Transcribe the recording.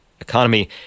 economy